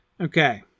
Okay